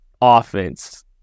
offense